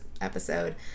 episode